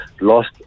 lost